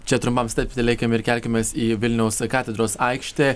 čia trumpam stabtelėkim ir kelkimės į vilniaus katedros aikštę